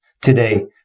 today